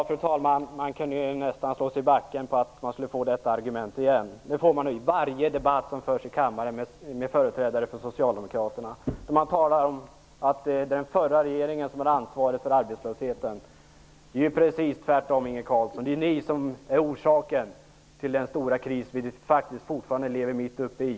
Fru talman! Jag kunde nästan slå mig i backen på att jag skulle få detta argument igen. Det får man i varje debatt som förs i kammaren med företrädare för Socialdemokraterna. De talar om att det är den förra regeringen som har ansvar för arbetslösheten. Det är ju precis tvärtom, Inge Carlsson! Det är ni som är orsaken till den stora kris vi faktiskt fortfarande lever mitt uppe i.